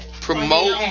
promote